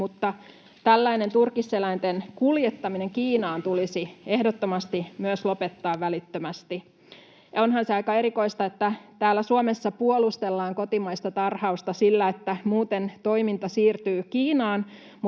mutta tällainen turkiseläinten kuljettaminen Kiinaan tulisi ehdottomasti myös lopettaa välittömästi. Onhan se aika erikoista, että täällä Suomessa puolustellaan kotimaista tarhausta sillä, että muuten toiminta siirtyy Kiinaan,